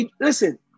Listen